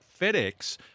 FedEx